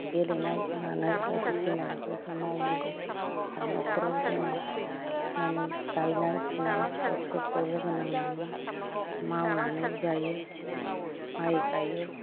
गेलेनाय मानाय बायदिसिना बेफोरखौ मावनांगौ आरो न'खराव जोङो माने गायनाय फुनाय फिसा फिसौखौ लोगो नांनानै मावनानै जायो माय गायो